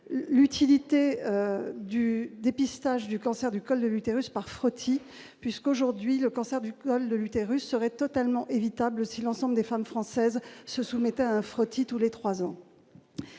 l'utilité du dépistage du cancer du col de l'utérus par frottis puisqu'aujourd'hui, le cancer du col de l'utérus seraient totalement évitables si l'ensemble des femmes françaises se soumettent à un frottis tous les 3 ans.